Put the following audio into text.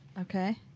Okay